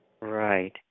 Right